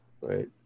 Right